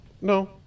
no